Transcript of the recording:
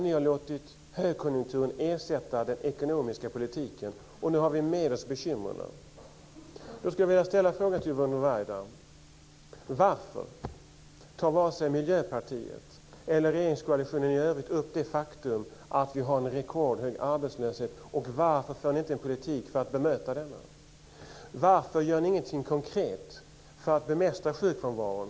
Ni har låtit högkonjunkturen ersätta den ekonomiska politiken, och vi har nu med oss bekymren. Jag skulle vilja ställa en fråga till Yvonne Ruwaida: Varför tar varken Miljöpartiet eller regeringskoalitionen i övrigt upp det faktum att vi har en rekordhög arbetslöshet, och varför för ni inte en politik för att bemöta denna? Varför gör ni ingenting konkret för att bemästra sjukfrånvaron?